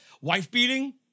wife-beating